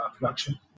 production